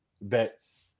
bets